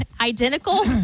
identical